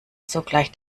sogleich